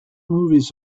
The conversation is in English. movies